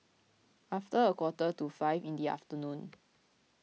after a quarter to five in the afternoon